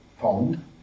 pond